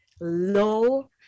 low